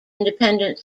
independent